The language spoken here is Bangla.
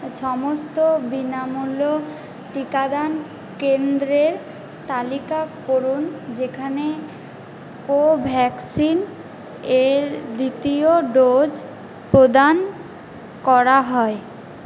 সমস্ত বিনামূল্য টিকাদান কেন্দ্রের তালিকা করুন যেখানে কোভ্যাক্সিন এর দ্বিতীয় ডোজ প্রদান করা হয়